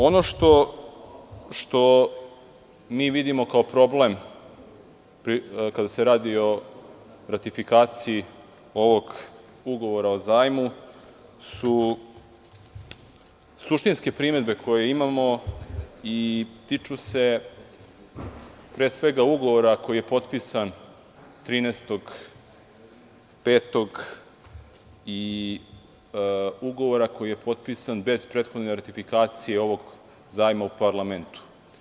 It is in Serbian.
Ono što mi vidimo kao problem kada se radi o ratifikaciji ovog ugovora o zajmu su suštinske primedbe koje imamo i tiču se, pre svega, Ugovora koji je potpisan 13.5. i Ugovora koji je potpisan bez prethodne ratifikacije ovog zajma u parlamentu.